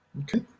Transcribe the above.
Okay